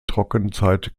trockenzeit